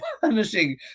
punishing